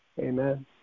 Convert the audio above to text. Amen